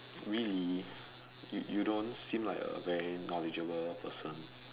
really you you don't seem like a very knowledgeable person